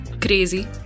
crazy